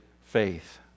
faith